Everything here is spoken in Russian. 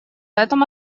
этом